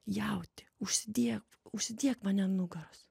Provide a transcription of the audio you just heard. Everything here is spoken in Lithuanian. jauti užsidėk užsidėk mane an nugaros